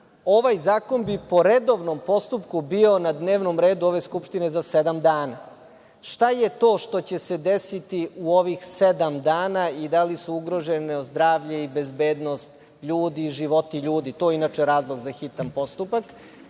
ovaj zakon bi po redovnom postupku bi na dnevnom redu ove Skupštine za sedam dana. Šta je to što će se desiti u ovih sedam dana? Da li je ugroženo zdravlje i bezbednost ljudi, životi ljudi? To je inače razlog za hitan postupak.